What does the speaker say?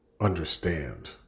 understand